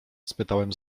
spytałem